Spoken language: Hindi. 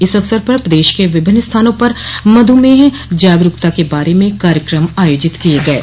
इस अवसर पर प्रदेश के विभिन्न स्थानों पर मधुमेह जागरूकता के बारे में कार्यक्रम आयोजित किये गये